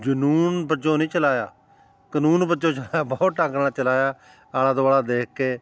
ਜਨੂੰਨ ਵਜੋਂ ਨਹੀਂ ਚਲਾਇਆ ਕਾਨੂੰਨ ਵਜੋਂ ਚਲਾਇਆ ਬਹੁਤ ਢੰਗ ਨਾਲ ਚਲਾਇਆ ਆਲਾ ਦੁਆਲਾ ਦੇਖ ਕੇ